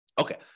Okay